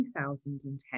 2010